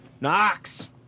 Knox